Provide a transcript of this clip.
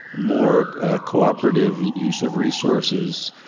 more cooperative use of resources.